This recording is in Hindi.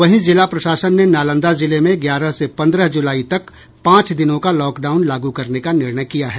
वहीं जिला प्रशासन ने नालंदा जिले में ग्यारह से पंद्रह जुलाई तक पांच दिनों का लॉकडान लागू करने का निर्णय किया है